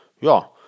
ja